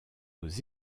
aux